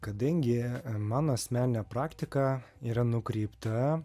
kadangi mano asmeninė praktikė yra nukreipta